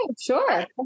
sure